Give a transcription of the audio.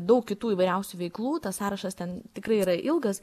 daug kitų įvairiausių veiklų tas sąrašas ten tikrai yra ilgas